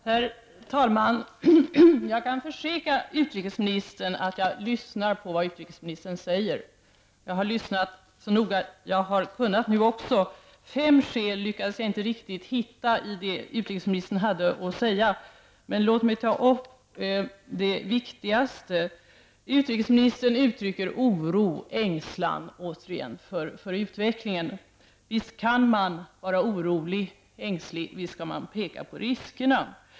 Herr talman! Jag kan försäkra utrikesministern att jag lyssnar på vad han säger. Jag har lyssnat så noga jag kunnat nu också. Jag lyckades inte riktigt hitta fem skäl i det utrikesministern hade att säga, men låt mig ta upp det viktigaste. Utrikesministern uttrycker återigen oro och ängslan för utvecklingen. Visst kan man vara orolig och ängslig, och visst skall man peka på riskerna.